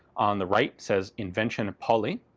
on the right says invention pauly,